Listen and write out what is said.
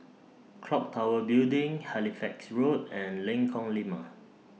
Clock Tower Building Halifax Road and Lengkong Lima